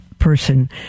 person